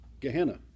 Gehenna